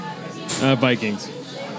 Vikings